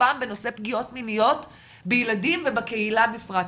פעם בנושא פגיעות מיניות בילדים ובקהילה בפרט.